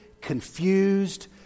confused